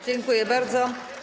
Dziękuję bardzo.